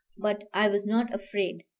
but i was not afraid.